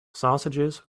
sausages